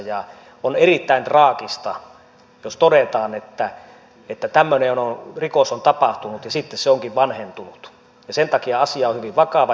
on erittäin traagista jos todetaan että tämmöinen rikos on tapahtunut ja sitten se onkin vanhentunut ja sen takia asia on hyvin vakava